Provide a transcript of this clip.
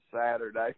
Saturday